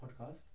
podcast